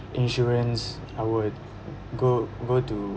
insurance I would go over to